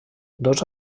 dos